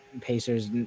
Pacers